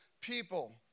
people